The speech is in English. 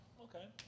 Okay